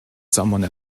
someone